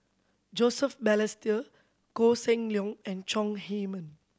Joseph Balestier Koh Seng Leong and Chong Heman